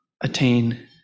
attain